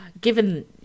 given